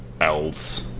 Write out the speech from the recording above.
elves